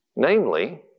Namely